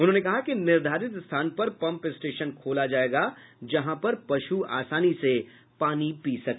उन्होंने कहा कि निर्धारित स्थान पर पम्प स्टेशन खोला जायेगा जहां पर पशु आसानी से पानी पी सके